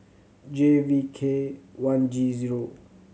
J V K one G zero